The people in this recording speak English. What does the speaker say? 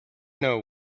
know